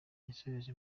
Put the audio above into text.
yasoreje